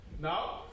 No